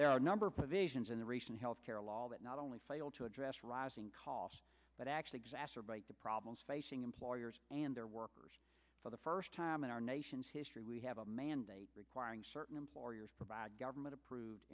there are a number of provisions in the recent health care law that not only fail to address rising cost but actually exacerbate the problems facing employers and their workers for the first time in our nation's history we have a mandate requiring certain employers provide government approved